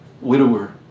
Widower